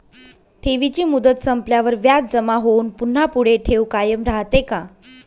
ठेवीची मुदत संपल्यावर व्याज जमा होऊन पुन्हा पुढे ठेव कायम राहते का?